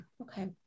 Okay